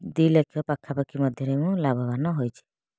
ଦୁଇ ଲକ୍ଷ ପାଖାପାଖି ମଧ୍ୟରେ ମୁଁ ଲାଭବାନ ହୋଇଛି